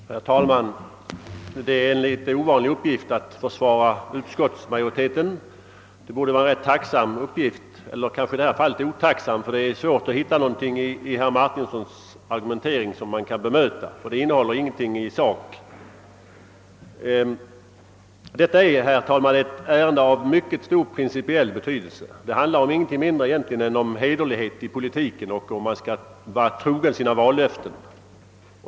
Herr talman! Det är ju en för mig ovanlig uppgift att försvara utskottsmajoriteten. Den borde vara rätt tacksam, men är kanske i detta fall en otacksam uppgift, eftersom det är svårt att i herr Martinssons argumentering hitta något som man kan bemöta; den innehåller nämligen föga eller ingenting om själva sakfrågan. Detta är, herr talman, ett ärende av mycket stor principiell betydelse. Egentligen handlar det inte om någonting mindre än hederlighet i politiken och om huruvida man skall vara trogen sina vallöften.